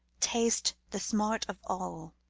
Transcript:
taste the smart of all